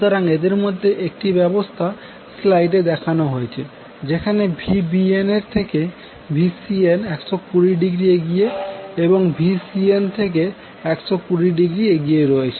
সুতরাং এদের মধ্যে একটি ব্যবস্থা স্লাইডে দেখানো হয়েছে যেখানে Vbnএর থেকে Van 120০ এগিয়ে এবংVcnএর থেকে 120০ এগিয়ে রয়েছে